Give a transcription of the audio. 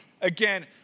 Again